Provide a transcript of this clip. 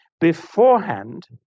beforehand